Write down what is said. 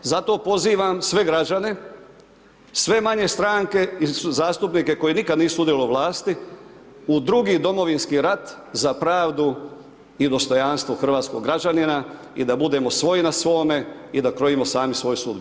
Zato pozivam sve građane, sve manje stranke i zastupnike koji nikada nisu sudjelovali u vlasti, u drugi Domovinski rat za pravdu i dostojanstvo hrvatskog građanina i da budemo svoji na svome i da krojimo sami svoju sudbinu.